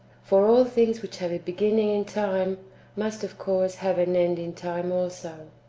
for all things which have a beginning in time must of course have an end in time also.